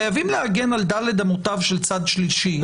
חייבים להגן על דל"ת אמותיו של צד שלישי,